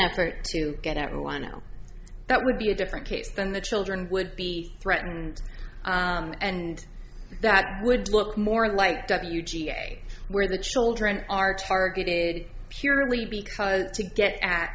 effort to get everyone out that would be a different case than the children would be threatened and that would look more like w g a where the children are targeted purely because to get